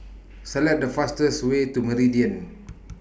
Select The fastest Way to Meridian